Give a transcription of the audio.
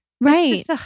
Right